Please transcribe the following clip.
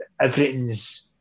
everything's